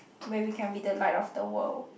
where we can be the light of the world